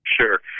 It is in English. Sure